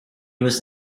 was